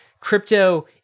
Crypto